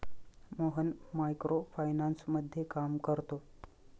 Mohan micro फायनान्समध्ये काम करतो